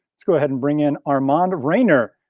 let's go ahead and bring in armand raynor,